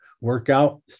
workout